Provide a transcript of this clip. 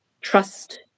trust